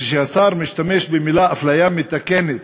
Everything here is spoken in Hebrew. כשהשר משתמש ב"אפליה מתקנת"